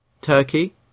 turkey